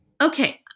Okay